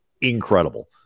incredible